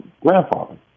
grandfather